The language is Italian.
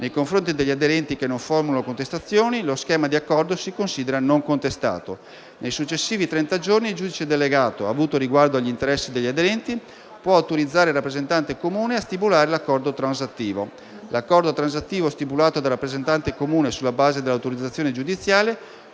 Nei confronti degli aderenti che non formulano contestazioni lo schema di accordo si considera non contestato. Nei successivi trenta giorni, il giudice delegato, avuto riguardo agli interessi degli aderenti, può autorizzare il rappresentante comune a stipulare l'accordo transattivo. L'accordo transattivo stipulato dal rappresentante comune sulla base dell'autorizzazione giudiziale